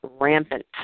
rampant